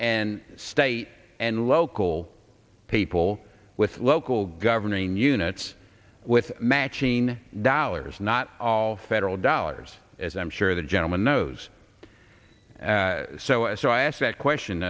and state and local people with local governing units with matching dollars not all federal dollars as i'm sure the gentleman knows so and so i ask that question